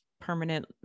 permanent